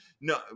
no